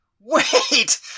wait